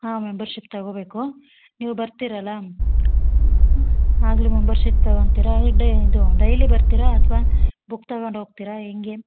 ಹಾಂ ಮೆಮ್ಬರ್ಷಿಪ್ ತೊಗೊಬೇಕು ನೀವು ಬರ್ತೀರಲ್ಲ ಆಗಲೇ ಮೆಮ್ಬರ್ಷಿಪ್ ತಗೊಂತೀರ ಡೆ ಇದು ಡೈಲಿ ಬರ್ತೀರಾ ಅಥವಾ ಬುಕ್ ತಗೊಂಡ್ ಹೋಗ್ತಿರಾ ಹೆಂಗೆ